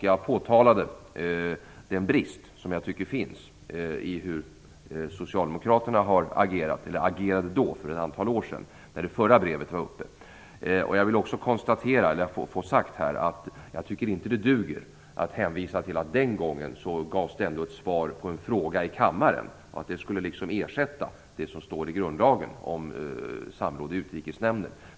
Jag påtalade den brist som jag tycker fanns i socialdemokraternas agerande för ett antal år sedan, då det förra brevet var uppe. Jag vill också få sagt att jag inte tycker att det duger att hänvisa till att det den gången ändå gavs ett svar på en fråga i kammaren och att det skulle ersätta det som står i grundlagen om samråd i Utrikesnämnden.